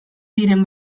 diren